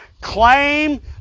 Claim